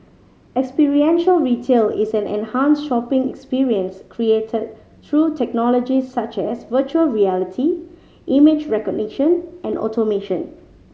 experiential retail is an enhanced shopping experience created through technologies such as virtual reality image recognition and automation